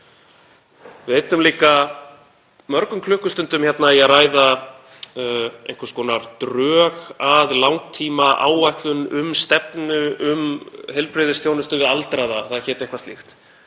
Við eyddum líka mörgum klukkustundum í að ræða einhvers konar drög að langtímaáætlun um stefnu í heilbrigðisþjónustu við aldraða, það hét eitthvað slíkt.